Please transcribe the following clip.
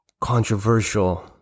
controversial